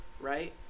Right